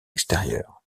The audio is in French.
extérieures